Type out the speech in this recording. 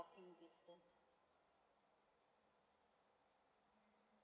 distance